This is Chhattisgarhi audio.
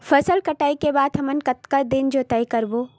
फसल कटाई के बाद हमन कतका दिन जोताई करबो?